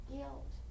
guilt